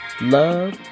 love